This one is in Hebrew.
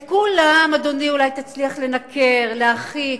את כולם, אדוני, אולי תצליח לנכר, להרחיק,